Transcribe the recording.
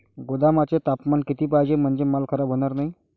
गोदामाचे तापमान किती पाहिजे? म्हणजे माल खराब होणार नाही?